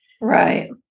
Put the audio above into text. Right